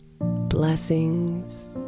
Blessings